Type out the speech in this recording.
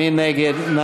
מי נגד?